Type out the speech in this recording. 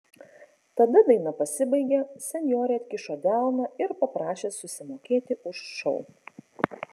tada daina pasibaigė senjorė atkišo delną ir paprašė susimokėti už šou